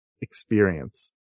experience